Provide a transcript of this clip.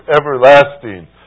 everlasting